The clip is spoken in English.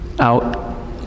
out